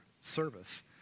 service